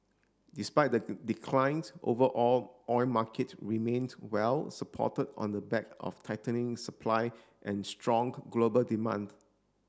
despite the decline overall oil markets remaines well supported on the back of tightening supply and strong global demand